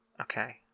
Okay